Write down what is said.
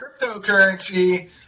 cryptocurrency